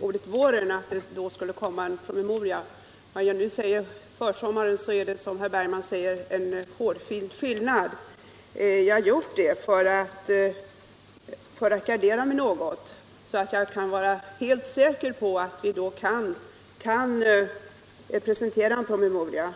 ordet våren när det gäller denna promemoria, och när jag nu använder ordet försommaren är det, som herr Bergman säger, en hårfin skillnad. Jag har gjort det för att gardera mig något, så att jag kan vara helt säker på att vi då kan presentera en promemoria.